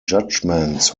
judgements